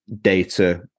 data